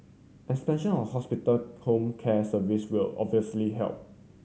expansion of hospital home care service will obviously help